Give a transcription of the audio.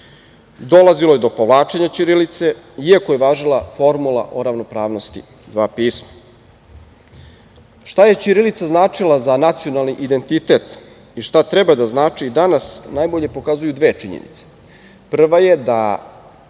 Dolazilo je do povlačenja ćirilice, iako je važila formula o ravnopravnosti dva pisma. Šta je ćirilica značila za nacionalni identitet i šta treba da znači danas, najbolje pokazuju dve činjenice.